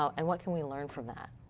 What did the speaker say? and what can we learn from that?